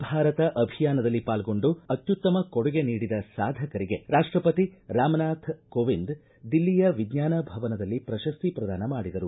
ಸ್ವಚ್ಛ ಭಾರತ ಅಭಿಯಾನದಲ್ಲಿ ಪಾಲ್ಗೊಂಡು ಅತ್ಯುತ್ತಮ ಕೊಡುಗೆ ನೀಡಿದ ಸಾಧಕರಿಗೆ ರಾಷ್ಷಪತಿ ರಾಮನಾಥ ಕೋವಿಂದ್ ದಿಲ್ಲಿಯ ವಿಜ್ಞಾನ ಭವನದಲ್ಲಿ ಪ್ರಶಸ್ತಿ ಪ್ರದಾನ ಮಾಡಿದರು